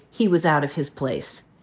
he was out of his place.